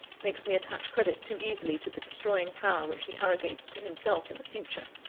makes me attach credit too easily to the destroying power which he arrogates to himself in the future.